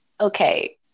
okay